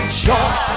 joy